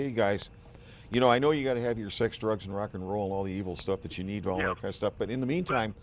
hey guys you know i know you got to have your sex drugs and rock and roll all the evil stuff that you need to step in in the meantime